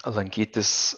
lankytis a